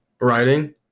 writing